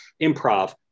Improv